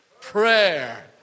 Prayer